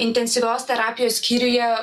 intensyvios terapijos skyriuje